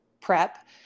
prep